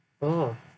oh